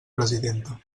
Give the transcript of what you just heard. presidenta